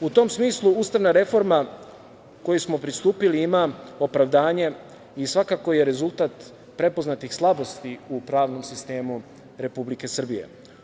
U tom smislu, ustavna reforma kojoj smo pristupili ima opravdanje i svakako je rezultat prepoznatih slabosti u pravnom sistemu Republike Srbije.